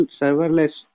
serverless